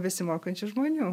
besimokančių žmonių